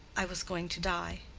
i was going to die.